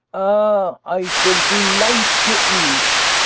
ah, i shall delight to eat!